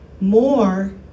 more